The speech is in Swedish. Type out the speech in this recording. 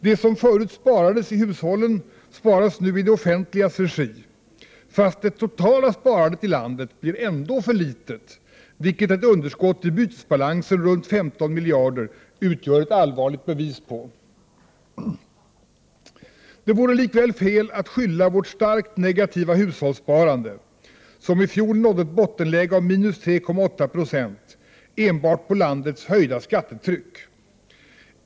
Det som förut sparades i hushållen sparas nu i det offentligas regi — fast det totala sparandet i landet blir ändå för litet, vilket ett underskott i bytesbalansen runt 15 miljarder utgör ett allvarligt bevis på. Det vore likväl fel att skylla vårt starkt negativa hushållsparande — som i fjol nådde ett bottenläge av—-3,8 90 — enbart på landets höjda skattetryck!